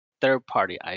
third-party